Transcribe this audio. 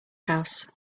house